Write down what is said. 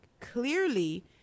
clearly